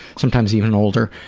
sometimes even older,